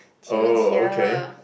oh okay